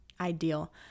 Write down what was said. ideal